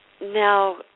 Now